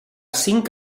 cinc